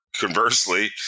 conversely